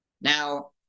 Now